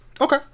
Okay